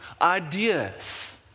ideas